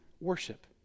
Worship